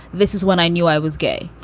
this is when i knew i was gay.